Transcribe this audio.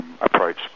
approach